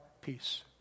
peace